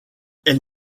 elle